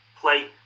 play